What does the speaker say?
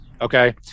okay